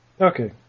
Okay